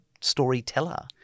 storyteller